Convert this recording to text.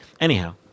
Anyhow